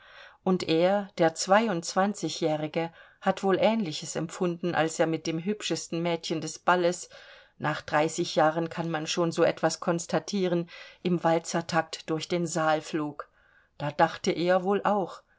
und er der zweiundzwanzigjährige hat wohl ähnliches empfunden als er mit dem hübschesten mädchen des balles nach dreißig jahren kann man schon so etwas konstatieren im walzertakt durch den saal flog da dachte er wohl auch